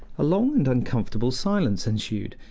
a long and uncomfortable silence ensued,